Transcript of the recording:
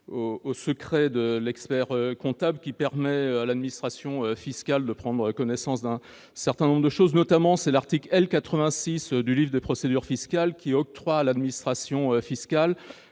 de l'expert-comptable, qui permettent à l'administration fiscale de prendre connaissance d'un certain nombre de choses. Ainsi, l'article L. 86 du livre des procédures fiscales octroie à l'administration fiscale